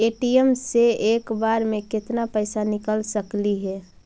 ATM से एक बार मे केत्ना पैसा निकल सकली हे?